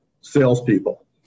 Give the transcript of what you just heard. salespeople